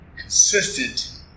consistent